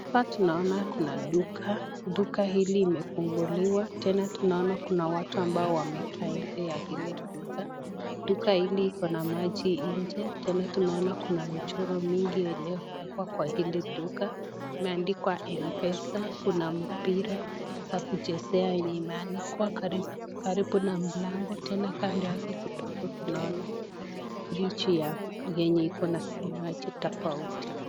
Hapa tunaona kuna duka ,duka hili limefunguliwa tena tunaona kuna watu ambao wamekaa nje ya ile duka, duka hili liko na maji nje tena tunaona kuna na mchoro mingi iliyopakwa kwa hili duka imeandikwa Mpesa kuna mpira za kuchezea yenye imeanikwa karibu na mlango tena kando yake tunaona friji yenye iko na vinywaji tofauti.